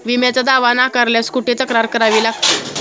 विम्याचा दावा नाकारल्यास कुठे तक्रार करावी लागते?